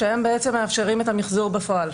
שהיום מאפשרים את המחזור בפועל.